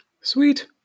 Sweet